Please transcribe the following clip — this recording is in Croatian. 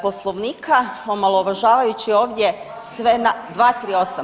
Poslovnika omalovažavajući ovdje sve 238.